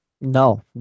No